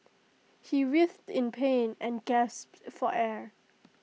he writhed in pain and gasped for air